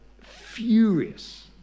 furious